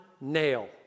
nail